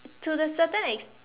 to the certain ex~